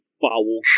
foul